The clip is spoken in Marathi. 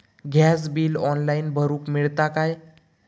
गॅस बिल ऑनलाइन भरुक मिळता काय?